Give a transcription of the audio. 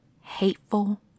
hateful